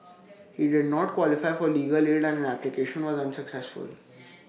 he did not qualify for legal aid and his application was unsuccessful